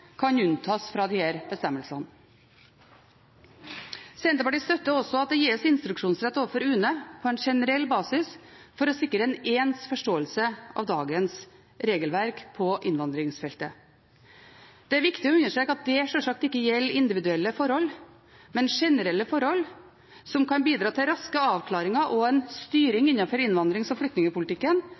kan unntas fra disse bestemmelsene. Senterpartiet støtter også at det gis instruksjonsrett overfor UNE på en generell basis for å sikre en ens forståelse av dagens regelverk på innvandringsfeltet. Det er viktig å understreke at det sjølsagt ikke gjelder individuelle forhold, men generelle forhold som kan bidra til raske avklaringer og en styring innenfor innvandrings- og flyktningpolitikken,